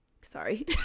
sorry